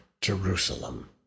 Jerusalem